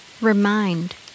Remind